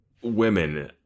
women